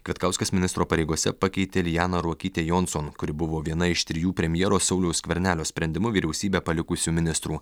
kvietkauskas ministro pareigose pakeitė lianą ruokytę jonson kuri buvo viena iš trijų premjero sauliaus skvernelio sprendimu vyriausybę palikusių ministrų